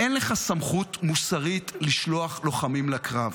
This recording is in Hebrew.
אין לך סמכות מוסרית לשלוח לוחמים לקרב.